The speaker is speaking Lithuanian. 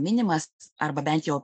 minimas arba bent jau